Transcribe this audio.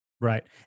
Right